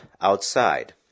outside